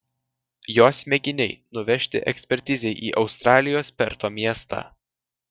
jos mėginiai nuvežti ekspertizei į australijos perto miestą